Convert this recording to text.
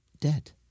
debt